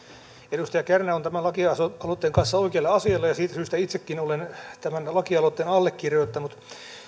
edustaja kärnä on tämän lakialoitteen kanssa oikealla asialla ja siitä syystä itsekin olen tämän lakialoitteen allekirjoittanut